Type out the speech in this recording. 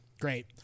Great